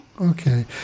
Okay